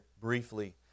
briefly